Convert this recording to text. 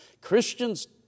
Christians